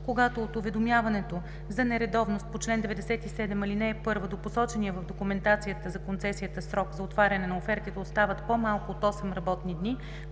Когато от уведомяването за нередовност по чл. 97, ал. 1 до посочения в документацията за концесията срок за отваряне на офертите остават по-малко от 8 работни дни,